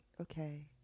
okay